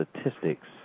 statistics